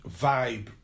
vibe